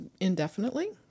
Indefinitely